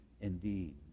indeed